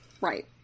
Right